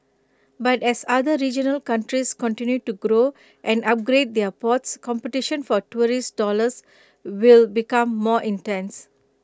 but as other regional countries continue to grow and upgrade their ports competition for tourist dollars will become more intense